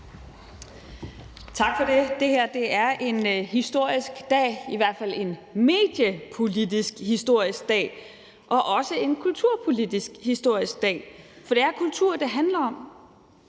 Tak for det. Det her er en historisk dag, i hvert fald en mediepolitisk historisk dag og også en kulturpolitisk historisk dag, for det er kultur, det handler om.